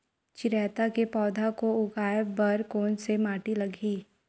चिरैता के पौधा को उगाए बर कोन से माटी लगही?